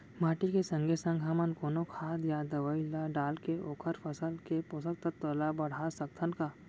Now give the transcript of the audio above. माटी के संगे संग हमन कोनो खाद या दवई ल डालके ओखर फसल के पोषकतत्त्व ल बढ़ा सकथन का?